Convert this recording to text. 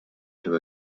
too